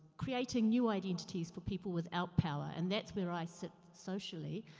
creating new identities for people without power. and that's where i sit socially.